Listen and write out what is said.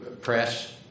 press